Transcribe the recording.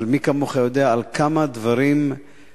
אבל מי כמוך יודע על כמה דברים קשים